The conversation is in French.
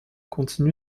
continue